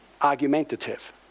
argumentative